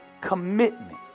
commitment